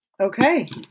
Okay